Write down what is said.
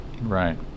Right